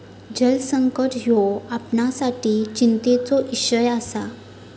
जलसंकट ह्यो आपणासाठी चिंतेचो इषय आसा